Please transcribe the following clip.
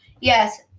Yes